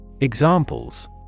Examples